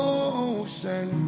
ocean